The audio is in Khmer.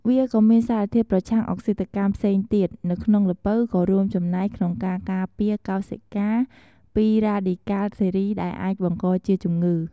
វាក៏៏មានសារធាតុប្រឆាំងអុកស៊ីតកម្មផ្សេងទៀតនៅក្នុងល្ពៅក៏រួមចំណែកក្នុងការការពារកោសិកាពីរ៉ាឌីកាល់សេរី ដែលអាចបង្កជាជំងឺ។